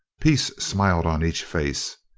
peace smiled on each face,